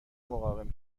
مقاوم